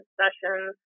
sessions